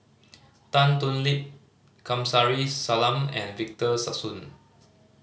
Tan Thoon Lip Kamsari Salam and Victor Sassoon